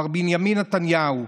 מר בנימין נתניהו,